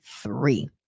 three